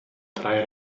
drei